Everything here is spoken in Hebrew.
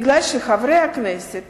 כי חברי כנסת